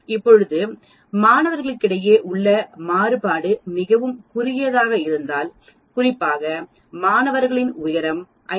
இப்பொழுது இப்பொழுது மாணவர்களுக்கிடையே உள்ள மாறுபாடு மிகவும் குறுகியதாக இருந்தால் குறிப்பாக மாணவர்களின் உயரம் 5